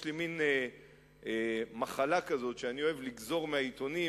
יש לי מין מחלה כזאת שאני אוהב לגזור מהעיתונים